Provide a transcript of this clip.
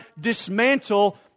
dismantle